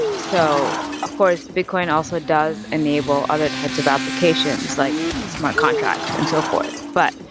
so of course, bitcoin also does enable other types of applications, like smart contracts and so forth. but